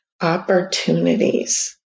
opportunities